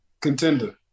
Contender